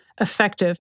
effective